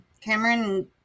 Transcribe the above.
Cameron